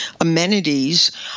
amenities